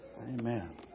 Amen